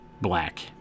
black